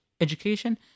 education